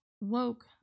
woke